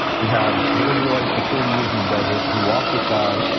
we have the israelites for forty years in the desert who walked with god,